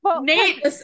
Nate